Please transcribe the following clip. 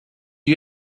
you